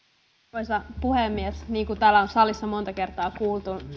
arvoisa puhemies niin kuin täällä on salissa monta kertaa kuultu